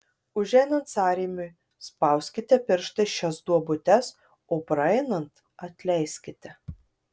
užeinant sąrėmiui spauskite pirštais šias duobutes o praeinant atleiskite